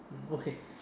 mm okay